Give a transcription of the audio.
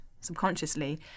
subconsciously